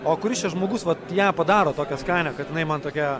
o kuris čia žmogus vat ją padaro tokią skanią kad jinai man tokia